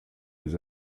les